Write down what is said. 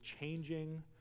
changing